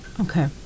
Okay